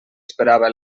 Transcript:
esperava